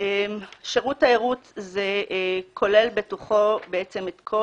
"שירות תיירות" זה כולל בתוכו את כל